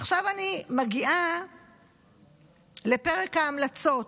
עכשיו אני מגיעה לפרק ההמלצות,